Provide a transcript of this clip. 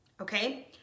Okay